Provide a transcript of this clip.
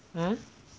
uh